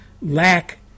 lack